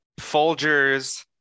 Folgers